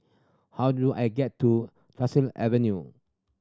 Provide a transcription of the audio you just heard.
how do I get to Tyersall Avenue